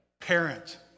parent